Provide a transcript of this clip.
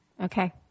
Okay